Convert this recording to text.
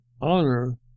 honor